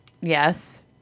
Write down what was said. yes